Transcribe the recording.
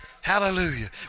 Hallelujah